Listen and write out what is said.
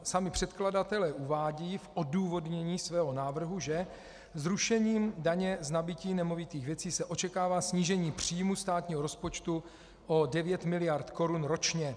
Sami předkladatelé uvádějí v odůvodnění svého návrhu, že zrušením daně z nabytí nemovitých věcí se očekává snížení příjmů státního rozpočtu o 9 mld. korun ročně.